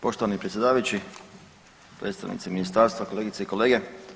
Poštovani predsjedavajući, predstavnici ministarstva, kolegice i kolege.